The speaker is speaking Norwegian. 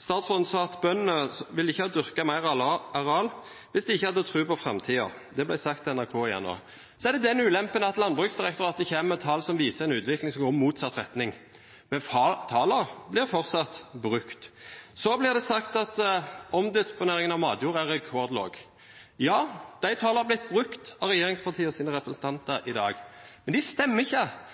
statsråden sa at bøndene ikke ville ha dyrket mer areal hvis de ikke hadde tro på framtiden. Det ble sagt i NRK igjen nå. Så er det den ulempen at Landbruksdirektoratet kommer med tall som viser en utvikling som går i motsatt retning – men tallene blir fortsatt brukt. Det blir sagt at omdisponeringen av matjord er rekordlav. Ja, de tallene har blitt brukt av regjeringspartienes representanter i dag, men de stemmer ikke.